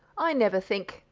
i never think,